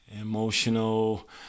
emotional